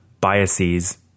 biases